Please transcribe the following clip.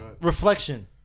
Reflection